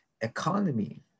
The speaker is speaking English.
economy